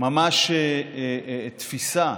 ממש תפיסה,